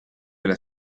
alla